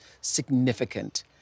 significant